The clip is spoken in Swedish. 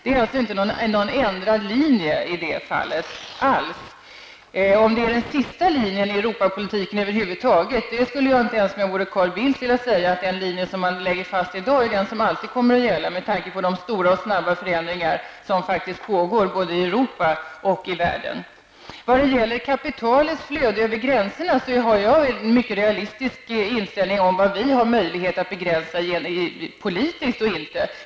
Vi har alltså inte alls någon ändrad linje i det fallet. Om det är den sista linjen i Europapolitiken över huvud taget skulle jag inte ens om jag vore Carl Bildt våga säga någonting om; att den linje man lägger fast i dag är den som alltid kommer att gälla, med tanke på de stora och snabba förändringar som faktiskt pågår både i Europa och världen i övrigt. Vad gäller kapitalets flöde över gränserna har jag en mycket realistisk uppfattning om vad vi har möjlighet att begränsa politiskt.